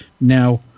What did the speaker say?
now